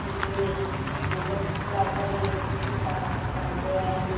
तिथे मोफत क्लास वगैरे होतात ते पाहात राहते आणि